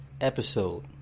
episode